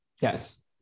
Yes